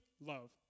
Love